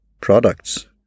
products